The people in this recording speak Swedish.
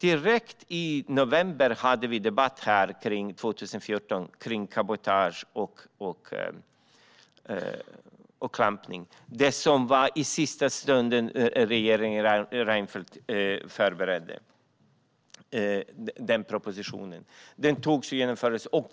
I november 2014 hade vi en debatt här kring en proposition om cabotage och klampning, som regeringen Reinfeldt förberedde i sista stund och som beslutades och genomfördes.